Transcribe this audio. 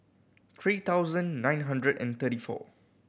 three thousand nine hundred and thirty four